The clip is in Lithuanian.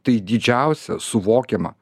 tai didžiausia suvokiama